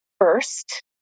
first